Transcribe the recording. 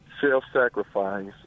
self-sacrifice